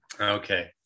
Okay